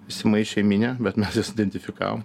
įsimaišė į minią bet mes juos identifikavom